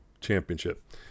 championship